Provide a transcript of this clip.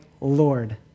Lord